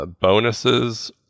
bonuses